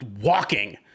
walking